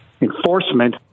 Enforcement